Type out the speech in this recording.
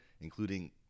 including